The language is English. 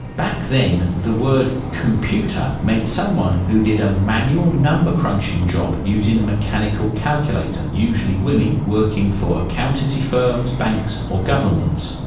back then the word computer meant someone who did a manual number crunching job using a mechanical calculator, usually women working for accountancy firms, banks or government's.